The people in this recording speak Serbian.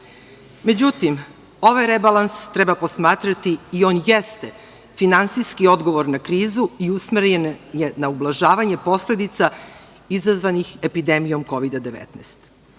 budžeta.Međutim, ovaj rebalans treba posmatrati i on jeste finansijski odgovor na krizu i usmeren je na ublažavanje posledica izazvanih epidemijom Kovida